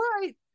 right